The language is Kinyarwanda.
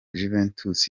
juventus